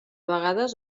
vegades